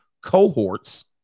cohorts